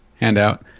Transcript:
Handout